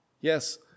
Yes